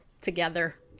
together